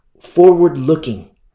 forward-looking